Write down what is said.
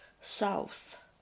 south